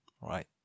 right